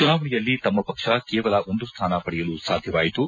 ಚುನಾವಣೆಯಲ್ಲಿ ತಮ್ಮ ಪಕ್ಷ ಕೇವಲ ಒಂದು ಸ್ಥಾನ ಪಡೆಯಲು ಸಾಧ್ಯವಾಯಿತು